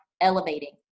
elevating